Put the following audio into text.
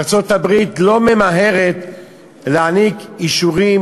ארצות-הברית לא ממהרת להעניק אישורים